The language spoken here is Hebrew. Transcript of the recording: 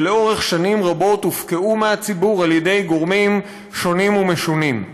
שלאורך שנים רבות הופקעו מהציבור על ידי גורמים שונים ומשונים.